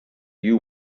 you